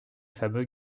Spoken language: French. fameux